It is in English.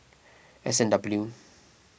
S and W